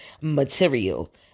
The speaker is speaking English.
material